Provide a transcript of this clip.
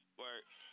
work